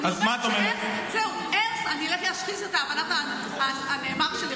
אני אומרת, אני אשחיז את הבנת הנאמר שלי.